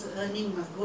I can't remember